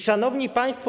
Szanowni Państwo!